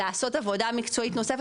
לעשות עבודה מקצועית נוספת,